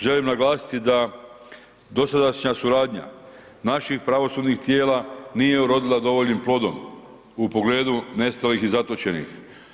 Želim naglasiti da dosadašnja suradnja naših pravosudnih tijela nije urodila dovoljnim plodom u pogledu nestalih i zatočenih.